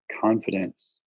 confidence